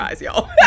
y'all